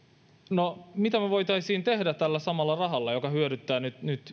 no mitä me voisimme tehdä tällä samalla rahalla joka hyödyttää nyt nyt